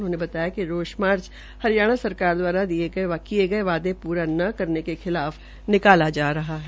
उन्होंने बताया कि रोष मार्च हरियाणा सरकार द्वारा किये गये वादे पूरा न करने के खिलाफ निकाला जा रहा है